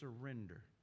surrender